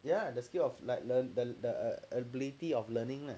ya the skill of like learn the ability of learning lah